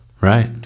right